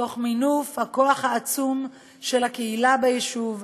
תוך מינוף הכוח העצום של הקהילה ביישוב.